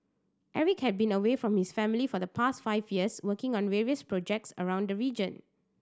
Eric had been away from his family for the past five years working on various projects around the region